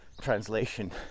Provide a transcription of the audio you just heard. translation